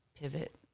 pivot